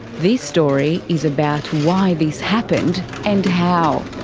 this story is about why this happened and how.